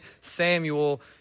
Samuel